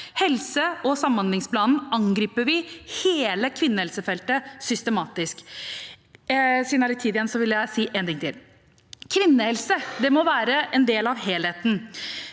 helse- og samhandlingsplanen angriper vi hele kvinnehelsefeltet systematisk Siden det er litt tid igjen, vil jeg si en ting til: Kvinnehelse må være en del av helheten.